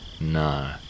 No